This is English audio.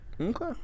Okay